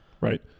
Right